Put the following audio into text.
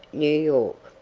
new york.